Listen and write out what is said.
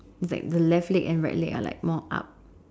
is like the left leg and right leg are like more up